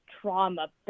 trauma